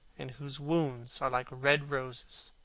and whose wounds are like red roses.